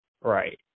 Right